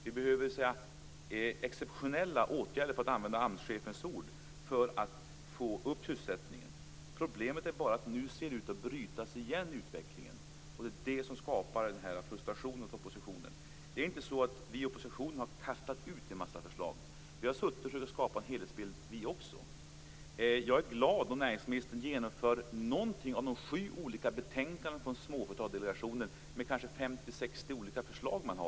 Vi behöver exceptionella åtgärder, för att använda AMS-chefens ord, för att öka sysselsättningen. Problemet är bara att utvecklingen nu ser ut att brytas igen, och det är detta som skapar denna frustration hos oppositionen. Vi i oppositionen har inte kastat ut en massa förslag. Vi har också suttit och försökt skapa en helhetsbild. Jag är glad om näringsministern genomför någonting i de sju olika betänkandena från Småföretagsdelegationen med kanske 50-60 olika förslag.